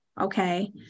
okay